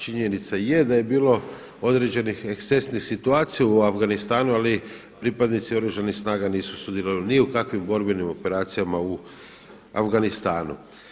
Činjenica je da je bilo određenih ekscesnih situacija u Afganistanu ali pripadnici Oružanih snaga nisu sudjelovali ni u kakvim borbenim operacijama u Afganistanu.